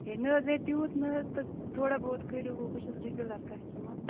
ہے نہَ حظ ہے تیٛوٗت نہَ حظ تہٕ تھوڑا بہت کٔرِو بہٕ چھَس ریٚگوٗلَر کَسٹٕمَر